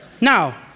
Now